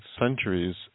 centuries